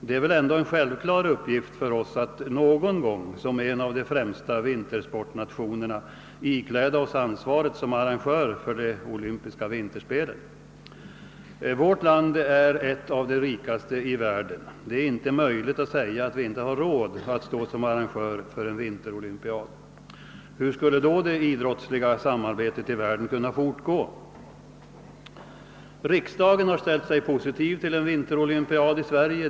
Det är väl ändå en självklar uppgift för oss att som en av de främsta vintersportnationerna någon gång ikläda oss ansvaret som arrangörer för de. olympiska vinterspelen. Vårt land är ju ett av de rikaste i världen, och man kan därför inte hävda att vi inte har råd att stå som arrangörer för en: vinterolympiad. Hur skulle då det idrottsliga samarbetet i världen kunna fortgå? Riksdagen har ställt sig positiv till frågan om en vinterolympiad i Sverige.